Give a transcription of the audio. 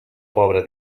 pobra